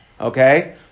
Okay